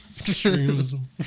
Extremism